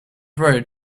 road